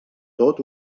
tot